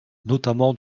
notamment